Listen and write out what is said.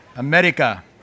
America